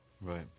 Right